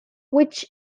which